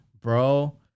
bro